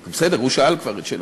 בסדר, הוא שאל כבר את שלו.